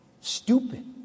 stupid